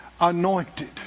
Anointed